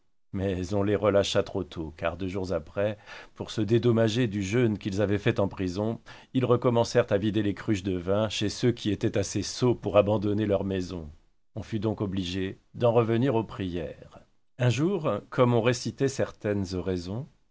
mais on les relâcha trop tôt car deux jours après pour se dédommager du jeûne qu'ils avaient fait en prison ils recommencèrent à vider les cruches de vin chez ceux qui étaient assez sots pour abandonner leurs maisons on fut donc obligé d'en revenir aux prières un jour comme on récitait certaines oraisons